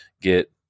get